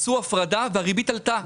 הפרדה והריבית עלתה.